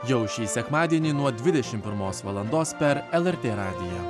jau šį sekmadienį nuo dvidešimt pirmos valandos per lrt radiją